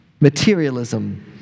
Materialism